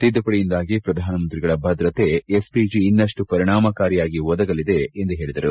ತಿದ್ದುಪಡಿಯಿಂದಾಗಿ ಪ್ರಧಾನಮಂತ್ರಿಗಳ ಭದ್ರತೆಯನ್ನು ಎಸ್ಪಿಜಿ ಇನ್ತಷ್ನು ಪರಿಣಾಮಕಾರಿಯಾಗಿ ಒದಗಿಸಲಿದೆ ಎಂದು ಹೇಳಿದರು